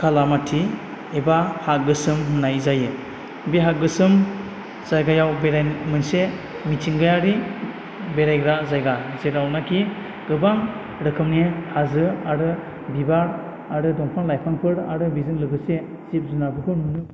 खालामाथि एबा हा गोसोम होन्नाय जायो बे हा गोसोम जायगायाव बेरायनो मोनसे मिथिंगायारि बेरायग्रा जायगा जेरावनाखि गोबां रोखोमनि हाजो आरो बिबार आरो दंफां लाइफांफोर आरो बेजों लोगोसे जिब जुनारफोरखौ नुनो मोनो